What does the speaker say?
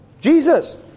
Jesus